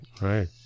right